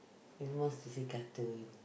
at most you see cartoon